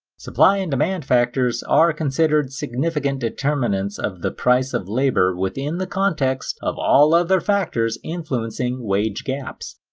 supply and demand factors are considered significant determinants of the price of labor within the context of all other factors influencing wage gaps.